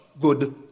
good